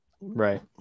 Right